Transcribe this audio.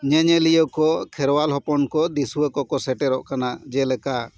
ᱧᱮᱧᱮᱞᱤᱭᱟᱹ ᱠᱚ ᱠᱷᱮᱨᱣᱟᱞ ᱦᱚᱯᱚᱱ ᱠᱚ ᱫᱤᱥᱣᱟ ᱠᱚ ᱠᱚ ᱥᱮᱴᱮᱨᱚᱜ ᱠᱟᱱᱟ ᱡᱮᱞᱮᱠᱟ